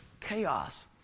chaos